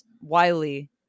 Wiley